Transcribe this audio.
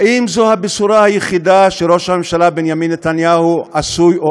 האם זו הבשורה היחידה שראש הממשלה בנימין נתניהו עשוי או